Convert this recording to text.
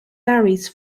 varies